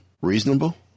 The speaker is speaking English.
reasonable